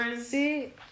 see